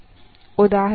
ಉದಾಹರಣೆಗೆ ಇಲ್ಲಿ